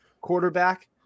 quarterback